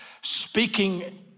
Speaking